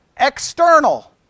External